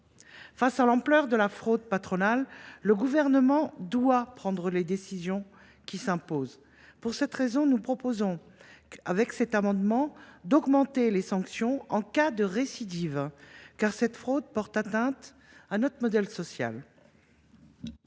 Face à l’ampleur de la fraude patronale, le Gouvernement doit prendre les décisions qui s’imposent. Pour cette raison, nous proposons par cet amendement d’augmenter les sanctions en cas de récidive, car cette fraude porte atteinte à notre modèle social.